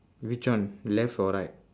which one left or right